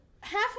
Half